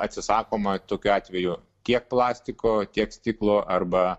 atsisakoma tokiu atveju tiek plastiko tiek stiklo arba